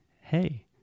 hey